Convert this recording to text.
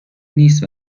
نیست